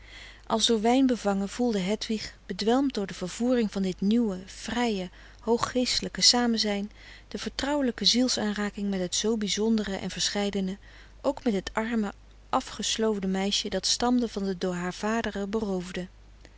als door wijn bevangen voelde hedwig bedwelmd door de vervoering van dit nieuwe vrije hoog geestelijke samenzijn de vertrouwelijke ziels aanraking met het zoo bizondere en verscheidene ook met het arme afgesloofde meisje dat stamde van de door haar vaderen beroofden